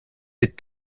des